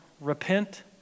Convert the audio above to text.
Repent